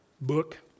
book